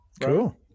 Cool